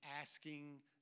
asking